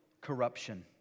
corruption